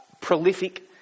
prolific